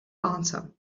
answer